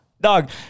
Dog